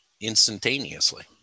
instantaneously